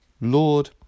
Lord